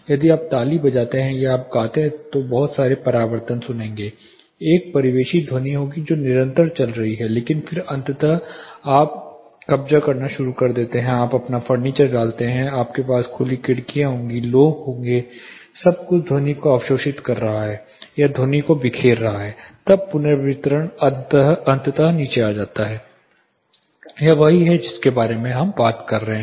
यदि आप ताली बजाते हैं या यदि आप गाते हैं तो आप बहुत सारे परावर्तन सुनेंगे एक परिवेशी ध्वनि होगी जो निरंतर चल रही है लेकिन फिर अंततः आप कब्जा करना शुरू कर देते हैं आप अपने फर्नीचर डालते हैं आपके पास अपनी खुली खिड़कियां हैं लोग होंगे सब कुछ ध्वनि को अवशोषित कर रहा है या ध्वनि को बिखेर रहा है तब पुनर्वितरण अंततः नीचे आता है यह वही है जिसके बारे में हम बात कर रहे हैं